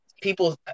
people